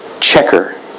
checker